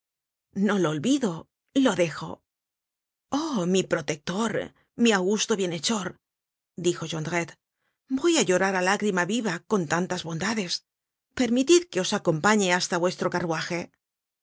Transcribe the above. no lo olvido lo dejo oh mi protector mi augusto bienhechor dijo jondrette voy á llorar á lágrima viva con tantas bondades permitid que os acompañe hasta vuestro carruaje si